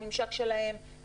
הממשק שלהם,